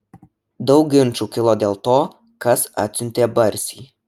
daug ginčų kilo dėl to kas atsiuntė barsį